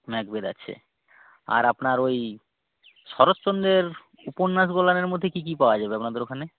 Macbeth আছে আর আপনার ওই শরৎচন্দ্রের উপন্যাসগুলানের মধ্যে কী কী পাওয়া যাবে আপনাদের ওখানে